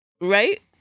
right